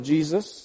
Jesus